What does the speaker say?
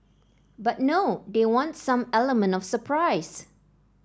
but no they want some element of surprise